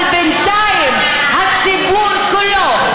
אבל בינתיים הציבור כולו,